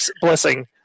blessing